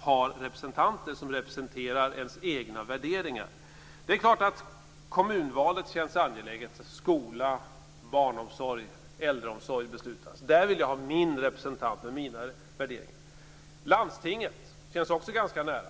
ha representanter som representerar ens egna värderingar. Det är klart att kommunvalet känns angeläget. Där fattas beslut om skola, barnomsorg och äldreomsorg. Där vill jag ha min representant med mina värderingar. Landstinget känns också ganska nära.